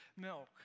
milk